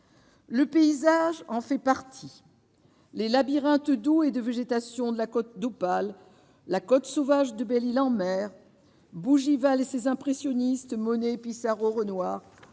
Le paysage en fait partie, les labyrinthes d'eau et de végétation de la Côte d'Opale, la Côte sauvage de Belle-Ile-en-Mer Bougival et ses impressionniste Monet, Pissarro, Renoir,